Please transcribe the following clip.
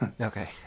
okay